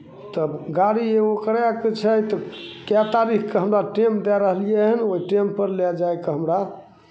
तब गाड़ी एगो करयके छै तऽ कए तारीखकेँ हमरा टेम दए रहलियै हन ओहि टेमपर लए जायके हमरा